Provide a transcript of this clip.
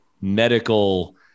medical